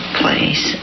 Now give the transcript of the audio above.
place